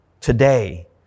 Today